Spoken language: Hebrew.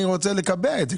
אני רוצה לקבע את זה,